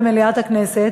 במליאת הכנסת,